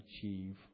achieve